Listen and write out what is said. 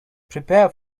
prepare